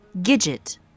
Gidget